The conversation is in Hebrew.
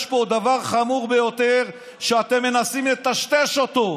יש פה דבר חמור ביותר, שאתם מנסים לטשטש אותו.